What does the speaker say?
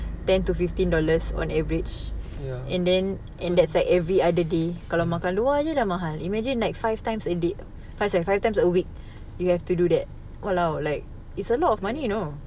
ya